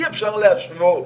אי אפשר להשוות